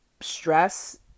stress